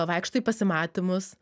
vaikšto į pasimatymus